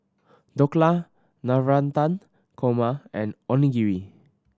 Dhokla Navratan Korma and Onigiri